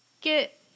get